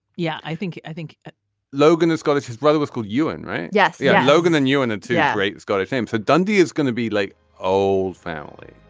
yeah. i think i think logan is scottish his brother was called ewan right. yes. yeah. logan and you and the two heart yeah right. it's got a name for dundee is gonna be like oh family.